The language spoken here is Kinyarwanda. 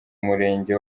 murenge